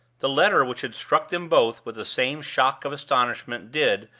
the letter which had struck them both with the same shock of astonishment did,